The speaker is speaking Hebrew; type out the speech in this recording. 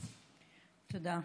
תודה.